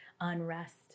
unrest